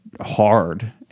hard